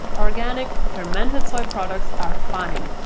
organic, fermented soy products are fine.